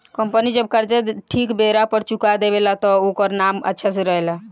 company जब कर्जा ठीक बेरा पर चुका देवे ला तब ओकर नाम अच्छा से रहेला